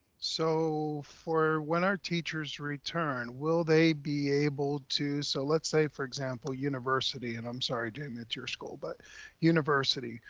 so for when our teachers return, will they be able to, so let's say for example, university, and i'm sorry, jamie, it's your school, but university,